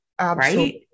right